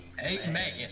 Amen